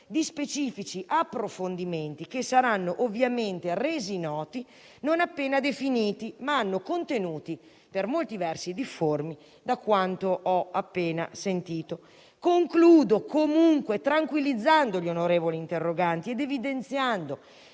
di specifici approfondimenti, che saranno ovviamente resi noti non appena definiti, ma hanno contenuti per molti versi difformi da quanto ho appena sentito. Concludo comunque tranquillizzando gli onorevoli interroganti ed evidenziando